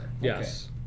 Yes